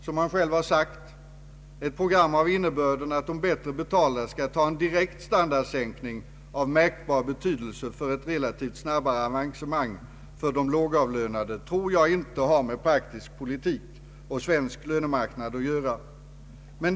Som han själv har sagt: Ett program av innebörden att de bättre betalda skall ta en direkt standardsänkning av märkbar betydelse för ett relativt snabbare avancemang för de lågavlönade har inte med praktisk politik och svensk lönemarknad att göra.